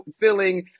feeling